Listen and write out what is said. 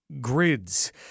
grids